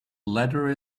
ladder